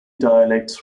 dialects